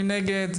מי נגד?